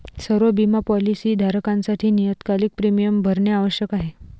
सर्व बिमा पॉलीसी धारकांसाठी नियतकालिक प्रीमियम भरणे आवश्यक आहे